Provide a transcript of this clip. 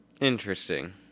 Interesting